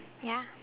ya